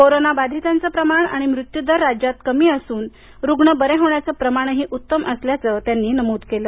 corona बाधितांचे प्रमाण आणि मृत्यूदर राज्यात सर्वात कमी असून रुग्ण बरे होण्याचे प्रमाणही उत्तम असल्याचं त्यांनी नमूद केलं